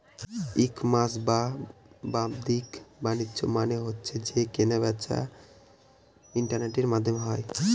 ই commerce বা বাদ্দিক বাণিজ্য মানে হচ্ছে যে কেনা বেচা ইন্টারনেটের মাধ্যমে হয়